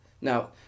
Now